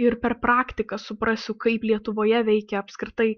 ir per praktiką suprasiu kaip lietuvoje veikia apskritai